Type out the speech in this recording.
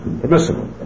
permissible